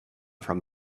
from